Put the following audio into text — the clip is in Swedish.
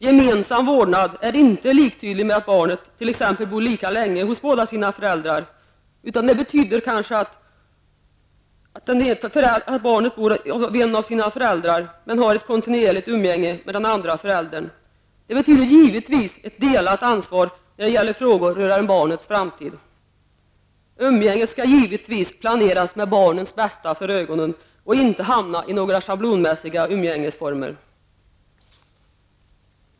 Gemensam vårdnad är inte liktydigt med att barnet t.ex. bor lika länge hos båda sina föräldrar, utan det betyder kanske att barnet bor hos en av sina föräldrar men har ett kontinuerligt umgänge med den andra föräldern. Det betyder givetvis ett delat ansvar när det gäller frågor rörande barnets framtid. Umgänget skall givetvis planeras med barnens bästa för ögonen och inte hamna i några schablonmässiga umgängesformer.